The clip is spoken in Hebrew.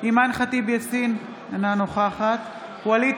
אימאן ח'טיב יאסין, אינה נוכחת ווליד